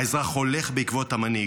האזרח הולך בעקבות המנהיג.